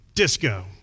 disco